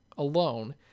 Alone